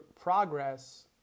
progress